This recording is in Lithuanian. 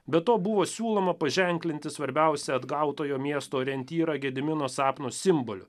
be to buvo siūloma paženklinti svarbiausią atgautojo miesto orientyrą gedimino sapno simboliu